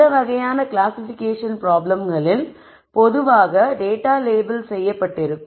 இந்த வகையான கிளாசிபிகேஷன் ப்ராப்ளம்களில் பொதுவாக டேட்டா லேபிள் செய்யப்பட்டிருக்கும்